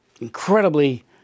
incredibly